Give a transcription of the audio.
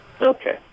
Okay